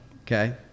okay